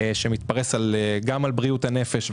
שמתפרס גם על בריאות הנפש,